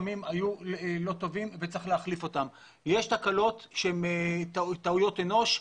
כמה הן תקלות טכניות?